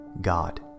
God